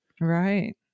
Right